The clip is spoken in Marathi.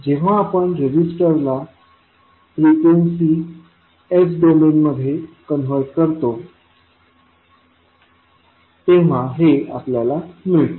जेव्हा आपण रेझिस्टरला फ्रिक्वेन्सी s डोमेनमध्ये कन्व्हर्ट करतो तेव्हा हे आपल्याला मिळते